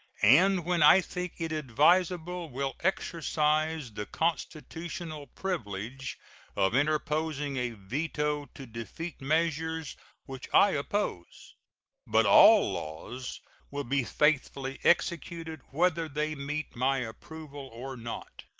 and when i think it advisable will exercise the constitutional privilege of interposing a veto to defeat measures which i oppose but all laws will be faithfully executed, whether they meet my approval or not.